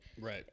Right